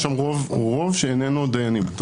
יש שם רוב שאיננו דיינים.